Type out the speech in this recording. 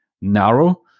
narrow